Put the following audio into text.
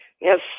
Yes